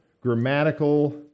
grammatical